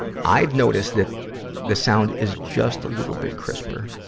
i've noticed that the sound is just a little bit crisper.